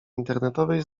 internetowej